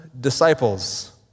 disciples